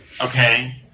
Okay